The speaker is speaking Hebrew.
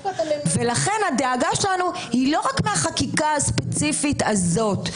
לכן הדאגה שלנו היא לא רק מהחקיקה הספציפית הזאת.